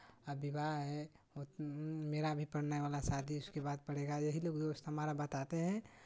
आ विवाह है मेरा भी पड़ने वाला शादी उसके बाद पड़ेगा यही लोग दोस्त हमारा बताते हैं